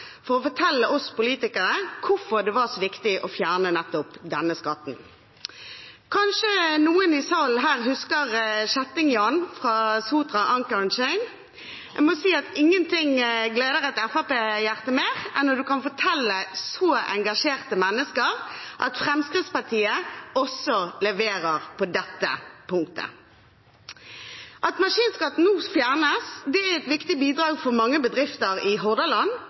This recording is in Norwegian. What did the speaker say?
for å fortelle oss politikere hvorfor det var så viktig å fjerne nettopp denne skatten. Kanskje noen her i salen husker «Kjetting-Jan» fra Sotra Anchor & Chain? Jeg må si at ingenting gleder et FrP-hjerte mer enn når en kan fortelle så engasjerte mennesker at Fremskrittspartiet også leverer på dette punktet. At maskinskatten nå fjernes, er et viktig bidrag for mange bedrifter i Hordaland,